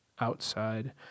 Outside